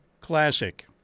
Classic